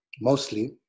mostly